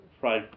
fried